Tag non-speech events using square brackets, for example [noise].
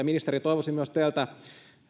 [unintelligible] ministeri toivoisin teiltä